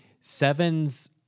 Sevens